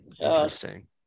interesting